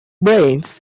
brains